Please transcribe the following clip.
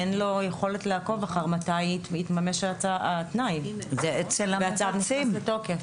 אין לו יכולת לעקוב אחר מתי התממש התנאי והצו נכנס לתוקף.